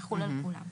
זה יחול על כולם.